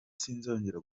sinzongera